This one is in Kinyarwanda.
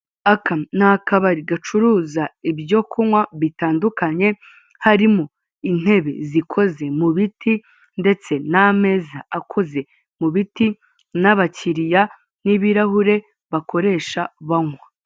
Aka ni akabari gacuruza ibyo kunywa bitandukanye, harimo intebe zikoze mu biti ndetse n'ameza akoze mu biti, n'abakiriya n'ibirahure bakoresha banywa .